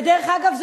ודרך אגב,